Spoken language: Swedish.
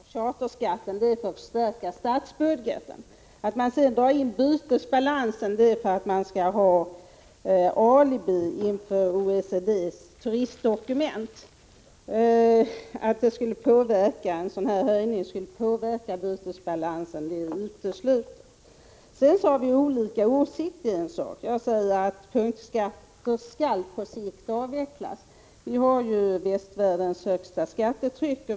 Herr talman! Det framgår klart av Bo Forslunds anförande att en höjning av charterskatten sker för att förstärka statsbudgeten. Att man sedan drar in bytesbalansen i sammanhanget är för att man skall ha alibi beträffande OECD:s turistdokument. Att denna höjning skulle påverka bytesbalansen är uteslutet. Sedan har vi olika åsikter. Jag säger att punktskatter på sikt skall avvecklas. Vi har västvärldens högsta skattetryck.